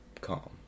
calm